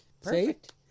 Perfect